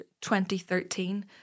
2013